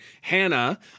Hannah